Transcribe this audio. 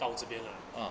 到这边 ah